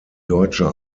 deutsche